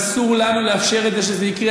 ואסור לנו לאפשר שזה יקרה,